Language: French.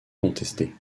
contestée